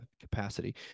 capacity